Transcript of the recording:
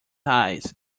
eyes